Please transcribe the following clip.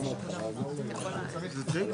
אני מחדש את הישיבה.